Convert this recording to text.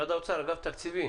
מתן, מתי שתרצה לדבר תאמר לי.